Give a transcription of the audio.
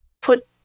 put